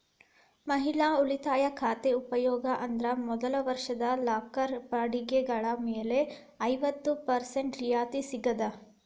ಮಹಿಳಾ ಉಳಿತಾಯ ಖಾತೆ ಉಪಯೋಗ ಅಂದ್ರ ಮೊದಲ ವರ್ಷದ ಲಾಕರ್ ಬಾಡಿಗೆಗಳ ಮೇಲೆ ಐವತ್ತ ಪರ್ಸೆಂಟ್ ರಿಯಾಯಿತಿ ಸಿಗ್ತದ